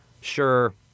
sure